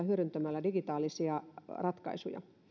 hyödyntämällä digitaalisia ratkaisuja